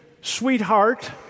sweetheart